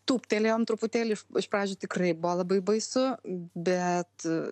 tūptelėjom truputėlį iš pradžių tikrai buvo labai baisu bet